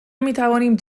میتوانیم